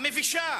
המבישה,